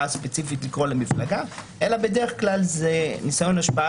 ספציפית לקרוא למפלגה אלא בדרך כלל זה ניסיון השפעה